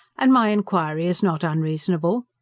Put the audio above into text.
and my inquiry is not unreasonable.